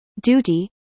duty